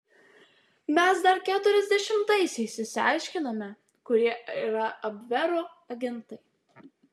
mes dar keturiasdešimtaisiais išsiaiškinome kurie yra abvero agentai